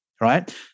Right